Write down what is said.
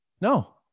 No